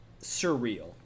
surreal